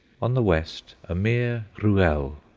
on the west a mere ruelle.